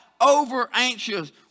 over-anxious